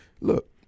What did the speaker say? look